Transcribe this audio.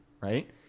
Right